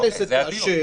הכנסת תאשר